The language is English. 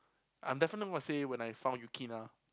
I'm definitely gonna say when I found Yukina